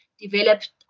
developed